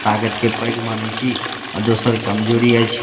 ताकतकेँ पैघ मानैत छी आ दोसर कमजोरी अछि